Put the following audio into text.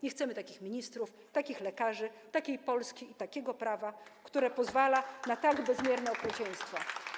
Nie chcemy takich ministrów, takich lekarzy, takiej Polski i takiego prawa, które pozwala na tak bezmierne okrucieństwo.